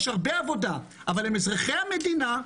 יש הרבה עבודה, אבל הם אזרחי המדינה.